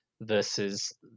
versus